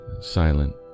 silent